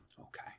Okay